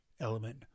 element